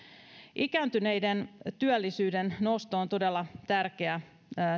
ikääntyneiden työllisyyden nosto on todella tärkeä